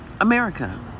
America